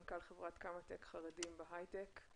מנכ"ל חברת קמא טק חרדים בהייטק.